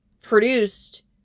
produced